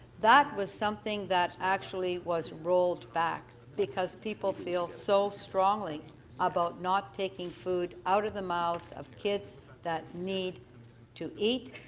that was something that actually was rolled back because people feel so strongly about not taking food out of the mouths of kids that need to eat,